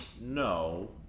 no